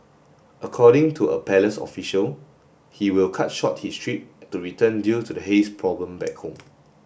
according to a palace official he will cut short his trip to return due to the haze problem back home